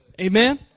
amen